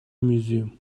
museum